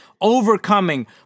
overcoming